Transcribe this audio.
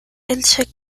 elche